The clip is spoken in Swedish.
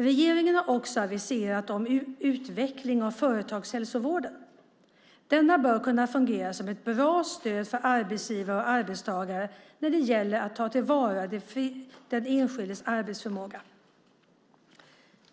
Regeringen har också aviserat om en utveckling av företagshälsovården. Denna bör kunna fungera som ett bra stöd för arbetsgivare och arbetstagare när det gäller att ta till vara den enskildes arbetsförmåga.